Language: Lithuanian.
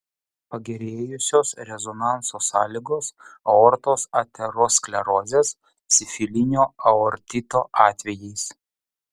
pagerėjusios rezonanso sąlygos aortos aterosklerozės sifilinio aortito atvejais